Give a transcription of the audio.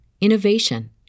innovation